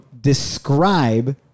describe